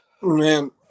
Man